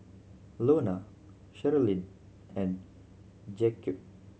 Lona Sherilyn and Jaquez